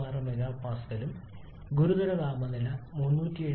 06 MPa ഉം ഗുരുതരമായ താപനില 373